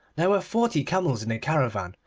there were forty camels in the caravan,